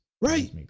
Right